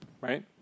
right